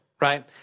right